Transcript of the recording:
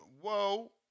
Whoa